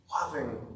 loving